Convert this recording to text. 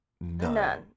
none